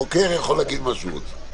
חוקר יכול להגיד מה שהוא רוצה.